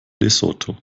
lesotho